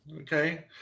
Okay